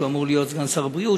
שאמור להיות סגן שר הבריאות,